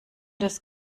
des